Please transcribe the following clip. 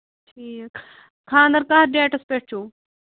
ٹھیٖک خانٛدر کَتھ ڈیٹَس پٮ۪ٹھ چھُو